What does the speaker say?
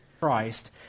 Christ